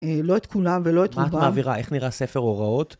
לא את כולם ולא את רובם. מה את מעבירה? איך נראה ספר הוראות?